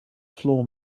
floor